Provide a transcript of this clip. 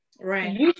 right